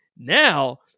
Now